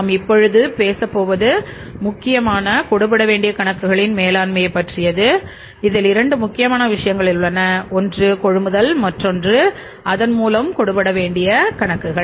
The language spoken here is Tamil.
நாம் இப்பொழுது பேசப்போவது முக்கியமான கொடு படவேண்டிய கணக்குகளின் மேலாண்மையை பற்றியது இதில் இரண்டு முக்கியமான விஷயங்கள் உள்ளன ஒன்று கொள்முதல் மற்றொன்று அதன் மூலம் கொடுபட வேண்டிய கணக்குகள்